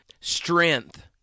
strength